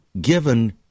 given